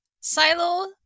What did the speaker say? Silo